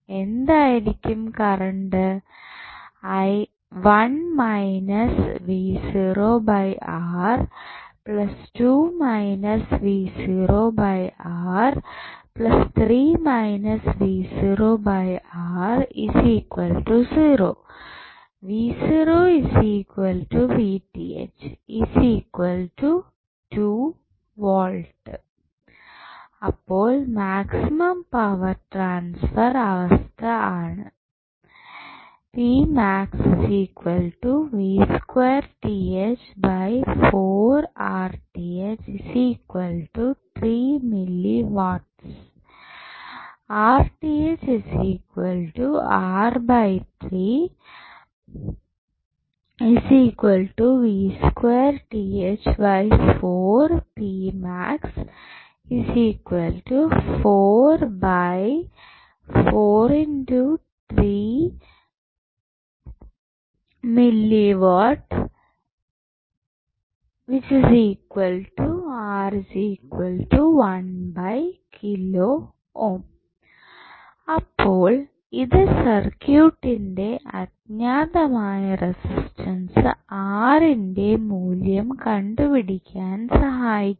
എന്തായിരിക്കും കറണ്ട് അപ്പോൾ maximum power transfer അവസ്ഥ ആണ് അപ്പോൾ ഇത് സർക്യൂട്ടിന്റെ അജ്ഞാതമായ റെസിസ്റ്റൻസ് R ന്റെ മൂല്യം കണ്ടുപിടിക്കാൻ സഹായിക്കും